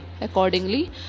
accordingly